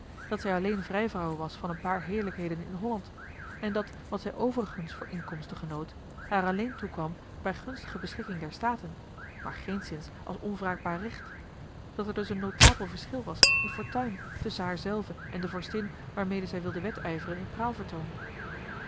dat zij alleen vrijvrouwe was van een paar heerlijkheden in holland en dat wat zij overigens voor inkomsten genoot haar alleen toekwam bij gunstige beschikking der staten maar geenszins als onwraakbaar recht dat er dus een notabel verschil was in fortuin tusschen haar zelve en de vorstin waarmede zij wilde wedijveren in